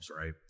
right